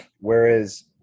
whereas